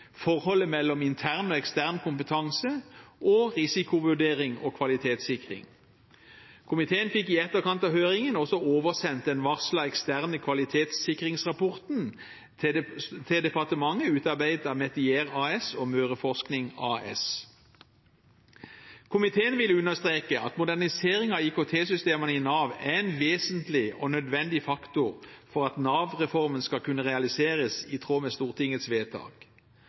forholdet mellom intern og ekstern kompetanse og risikovurdering og kvalitetssikring? Komiteen fikk i etterkant av høringen også oversendt den varslede eksterne kvalitetssikringsrapporten til departementet, utarbeidet av Metier AS og Møreforsking AS. Komiteen vil understreke at moderniseringen av IKT-systemene i Nav er en vesentlig og nødvendig faktor for at Nav-reformen skal kunne realiseres i tråd med Stortingets vedtak.